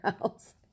house